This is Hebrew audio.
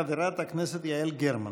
חברת הכנסת יעל גרמן.